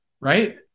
Right